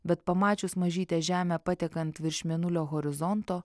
bet pamačius mažytę žemę patekant virš mėnulio horizonto